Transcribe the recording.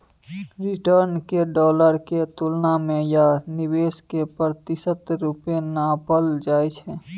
return केँ dollar केर तुलना मे या निबेश केर प्रतिशत रुपे नापल जाइ छै